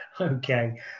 Okay